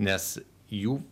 nes jų